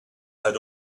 had